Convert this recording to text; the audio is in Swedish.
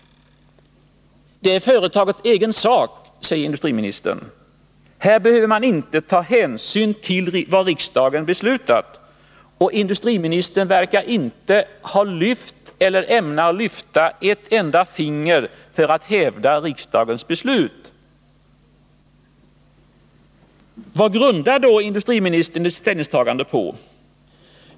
Det är företagets egen sak, säger industriministern — här behöver man inte ta hänsyn till vad riksdagen beslutat. Och industriministern verkar inte ha lyft eller ämna lyfta ett enda finger för att hävda riksdagens beslut. Vad grundar då industriministern sitt ställningstagande på?